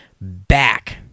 back